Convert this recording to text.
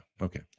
Okay